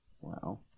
Wow